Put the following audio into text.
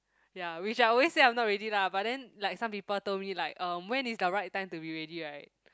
ya which I always said I'm not ready lah but then like some people told me like um when is the right time to be ready right